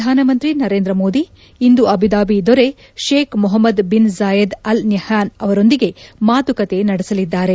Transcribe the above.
ಪ್ರಧಾನಮಂತ್ರಿ ನರೇಂದ್ರಮೋದಿ ಇಂದು ಅಬುಧಾಬಿ ದೊರೆ Sheikh Mohamed bin Zayed Al Nahyan ಅವರೊಂದಿಗೆ ಮಾತುಕತೆ ನಡೆಸಲಿದ್ದಾರೆ